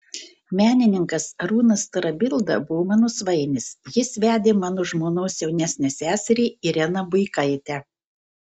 menininkas arūnas tarabilda buvo mano svainis jis vedė mano žmonos jaunesnę seserį ireną buikaitę